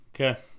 okay